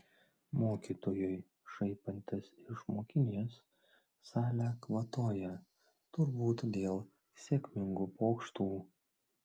mokytojui šaipantis iš mokinės salė kvatoja turbūt dėl sėkmingų pokštų